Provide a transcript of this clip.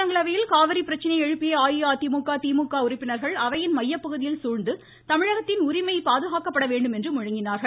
மாநிலங்களவையில் காவிரி பிரச்சனையை எழுப்பிய அஇஅதிமுக திமுக உறுப்பினர்கள் அவையின் மையப் பகுதியில் சூழ்ந்து தமிழகத்தின் உரிமை பாதுகாக்கப்பட வேண்டும் என்று முழங்கினார்கள்